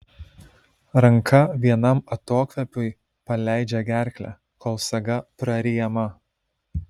ranka vienam atokvėpiui paleidžia gerklę kol saga praryjama